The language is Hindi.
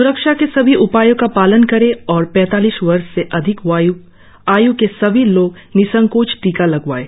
स्रक्षा के सभी उपायों का पालन करें और पैतालीस वर्ष से अधिक आयु के सभी लोग निसंकोच टीका लगवाएं